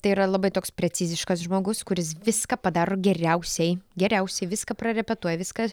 tai yra labai toks preciziškas žmogus kuris viską padaro geriausiai geriausiai viską prarepetuoja viską